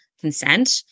consent